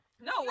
No